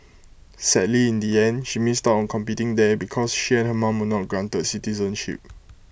sadly in the end she missed out on competing there because she and her mom were not granted citizenship